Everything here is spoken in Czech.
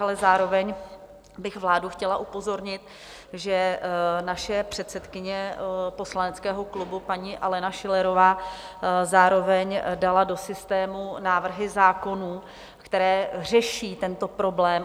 Ale zároveň bych vládu chtěla upozornit, že naše předsedkyně poslaneckého klubu paní Alena Schillerová zároveň dala do systému návrhy zákonů, které řeší tento problém.